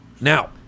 Now